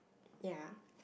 ya